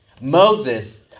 Moses